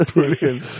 Brilliant